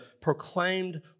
proclaimed